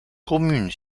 commune